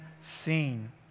seen